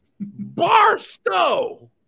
Barstow